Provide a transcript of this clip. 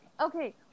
Okay